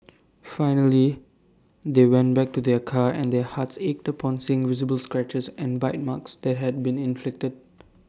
finally they went back to their car and their hearts ached upon seeing visible scratches and bite marks that had been inflicted